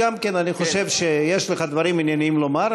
אני חושב שיש לך דברים ענייניים לומר,